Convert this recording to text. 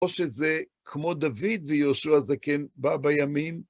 או שזה, כמו דוד ויהושע הזקן, בא בימים.